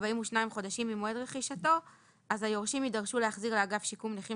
42 חודשים ממועד רכישתו אז היורשים יידרשו להחזיר לאגף שיקום נכים